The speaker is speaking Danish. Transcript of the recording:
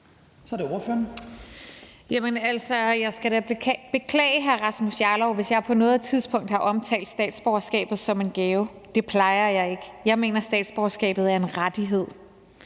jeg skal da beklage, hr. Rasmus Jarlov, hvis jeg på noget tidspunkt har omtalt statsborgerskabet som en gave. Det plejer jeg ikke at gøre. Jeg mener, at statsborgerskabet er en rettighed,